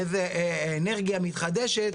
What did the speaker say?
איזה אנרגיה מתחדשת,